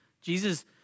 Jesus